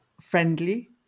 friendly